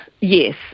Yes